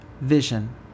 vision